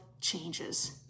changes